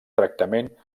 tractament